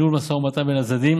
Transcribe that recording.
על ניהול משא ומתן בין הצדדים